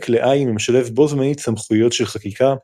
בן-כלאיים המשלב בו זמנית סמכויות של חקיקה,